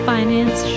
Finance